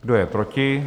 Kdo je proti?